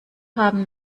haben